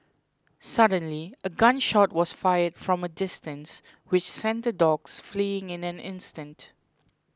suddenly a gun shot was fired from a distance which sent the dogs fleeing in an instant